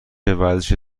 ورزش